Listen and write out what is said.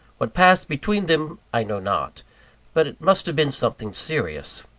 what passed between them, i know not but it must have been something serious.